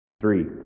Three